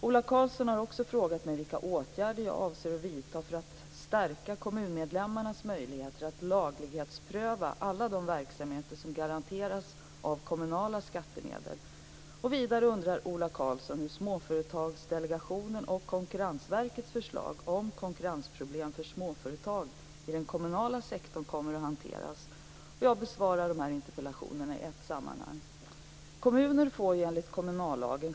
Ola Karlsson har också frågat mig vilka åtgärder jag avser vidta för att stärka kommunmedlemmarnas möjligheter att laglighetspröva alla de verksamheter som garanteras av kommunala skattemedel. Vidare undrar Ola Karlsson hur Småföretagsdelegationens och Konkurrensverkets förslag om konkurrensproblem för småföretag i den kommunala sektorn kommer att hanteras. Jag besvarar interpellationerna i ett sammanhang.